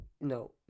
no